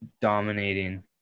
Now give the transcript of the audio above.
dominating